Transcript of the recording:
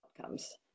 outcomes